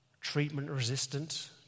treatment-resistant